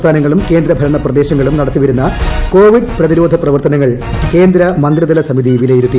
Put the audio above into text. സംസ്ഥാനങ്ങളും കേന്ദ്ര ഭരണ്ട് പ്ലൂദേശങ്ങളും നടത്തിവരുന്ന കോവിഡ് പ്രതിരോധ പ്രവർത്ത്ന്ങൾ കേന്ദ്ര മന്ത്രിതല സമിതി വിലയിരുത്തി